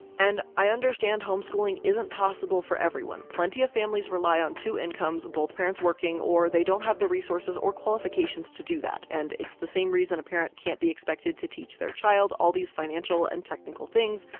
and i understand homeschooling isn't possible for everyone. plenty of families rely on two incomes, both parents working, or they don't have the resources or qualifications to do that. and it's the same reason a parent can't be expected to teach their child all these financial and technical things,